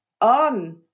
on